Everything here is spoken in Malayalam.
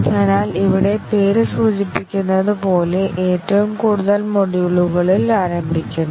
അതിനാൽ ഇവിടെ പേര് സൂചിപ്പിക്കുന്നത് പോലെ ഏറ്റവും കൂടുതൽ മൊഡ്യൂളുകളിൽ ആരംഭിക്കുന്നു